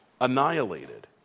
annihilated